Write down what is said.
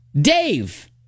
Dave